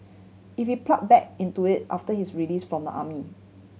if he plunge back into it after his release from the army